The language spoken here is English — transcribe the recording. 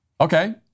Okay